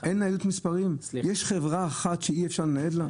יש חברה אחת שאי אפשר לנייד לה?